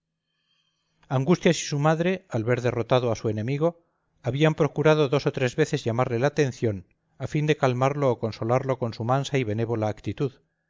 angustias y su madre al ver derrotado a su enemigo habían procurado dos o tres veces llamarle la atención a fin de calmarlo o consolarlo con su mansa y benévola actitud